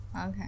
okay